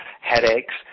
headaches